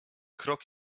krok